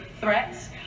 threats